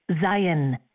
Zion